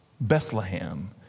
Bethlehem